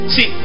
See